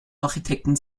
architekten